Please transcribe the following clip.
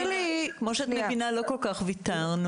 כמו שאת מבינה, לא כל כך ויתרנו.